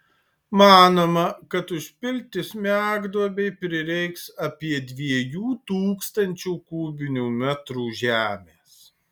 manoma kad užpilti smegduobei prireiks apie dviejų tūkstančių kubinių metrų žemių